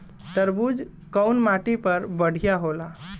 तरबूज कउन माटी पर बढ़ीया होला?